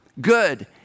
good